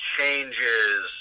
Changes